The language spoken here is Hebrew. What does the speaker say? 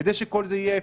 כדי שכל זה יהיה אפקטיבי,